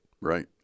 Right